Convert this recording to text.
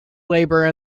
labor